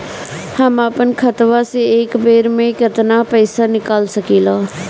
हम आपन खतवा से एक बेर मे केतना पईसा निकाल सकिला?